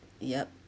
yup